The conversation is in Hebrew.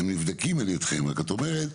הם נבדקים על ידכם רק את אומרת.